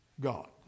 God